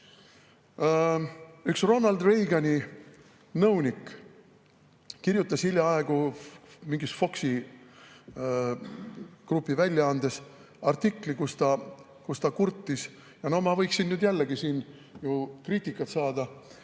Üks Ronald Reagani nõunik kirjutas hiljaaegu mingis Foxi grupi väljaandes artikli, kus ta kurtis. Ma võin nüüd jälle siin kriitikat saada.